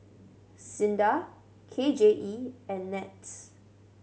SINDA K J E and NETS